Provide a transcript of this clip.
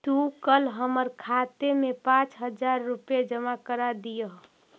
तू कल हमर खाते में पाँच हजार रुपए जमा करा दियह